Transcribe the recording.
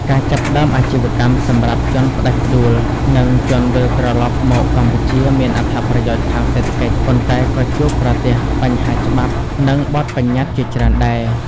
ការចាប់ផ្តើមអាជីវកម្មសម្រាប់ជនផ្ដាច់ផ្ដួល និងជនវិលត្រឡប់មកកម្ពុជាមានអត្ថប្រយោជន៍ខាងសេដ្ឋកិច្ច ប៉ុន្តែក៏ជួបប្រទះបញ្ហាច្បាប់ និងបទប្បញ្ញត្តិជាច្រើនដែរ។